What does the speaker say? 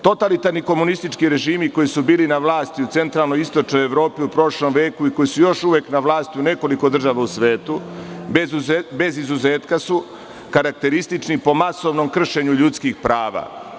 Totalitarni komunistički režimi, koji su bili na vlasti u centralnoj i istočnoj Evropi u prošlom veku i koji su još uvek na vlasti u nekoliko država u svetu, bez izuzetka su karakteristični po masovnom kršenju ljudskih prava"